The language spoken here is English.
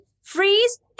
freeze